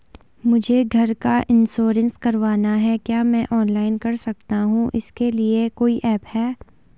मुझे घर का इन्श्योरेंस करवाना है क्या मैं ऑनलाइन कर सकता हूँ इसके लिए कोई ऐप है?